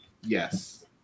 yes